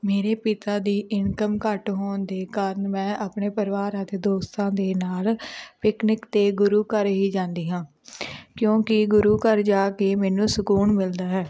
ਮੇਰੇ ਪਿਤਾ ਦੀ ਇਨਕਮ ਘੱਟ ਹੋਣ ਦੇ ਕਾਰਨ ਮੈਂ ਆਪਣੇ ਪਰਿਵਾਰ ਅਤੇ ਦੋਸਤਾਂ ਦੇ ਨਾਲ ਪਿਕਨਿਕ 'ਤੇ ਗੁਰੂ ਘਰ ਹੀ ਜਾਂਦੀ ਹਾਂ ਕਿਉਂਕਿ ਗੁਰੂ ਘਰ ਜਾ ਕੇ ਮੈਨੂੰ ਸਕੂਨ ਮਿਲਦਾ ਹੈ